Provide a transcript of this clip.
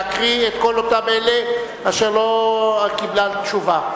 להקריא את שמות כל אלה אשר לא קיבלת מהם תשובה.